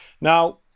Now